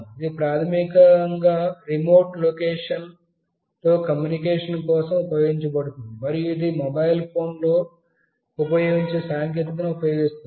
ఇది ప్రాథమికంగా రిమోట్ లొకేషన్తో కమ్యూనికేషన్ కోసం ఉపయోగించబడుతుంది మరియు ఇది మొబైల్ ఫోన్లో ఉపయోగించే సాంకేతికతను ఉపయోగిస్తుంది